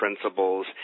principles